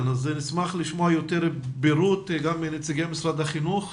נשמח לשמוע יותר בפירוט גם ממשרד החינוך.